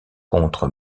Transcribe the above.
contre